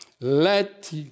Let